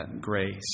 grace